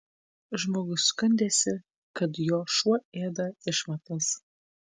žmogus skundėsi kad jo šuo ėda išmatas